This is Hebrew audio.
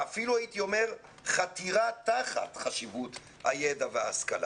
אפילו הייתי אומר - חתירה תחת חשיבות הידע וההשכלה.